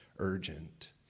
urgent